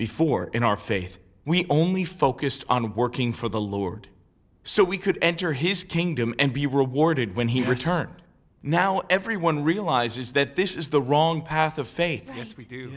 the fore in our faith we only focused on working for the lord so we could enter his kingdom and be rewarded when he returned now everyone realizes that this is the wrong path of faith yes we do